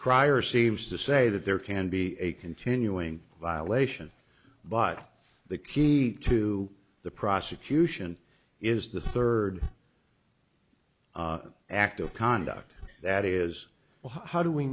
prior seems to say that there can be a continuing violation but the key to the prosecution is the third act of conduct that is how do we